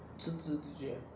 自己自觉 ah